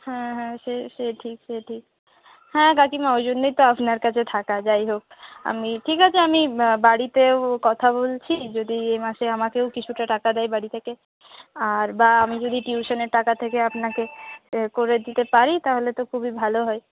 হ্যাঁ হ্যাঁ সে সে ঠিক সে ঠিক হ্যাঁ কাকিমা ওই জন্যই তো আপনার কাছে থাকা যাই হোক আমি ঠিক আছে আমি বাড়িতেও কথা বলছি যদি এ মাসে আমাকেও কিছুটা টাকা দেয় বাড়ি থেকে আর বা আমি যদি টিউশনের টাকা থেকে আপনাকে করে দিতে পারি তাহলে তো খুবই ভালো হয়